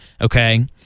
okay